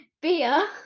Beer